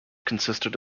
consisted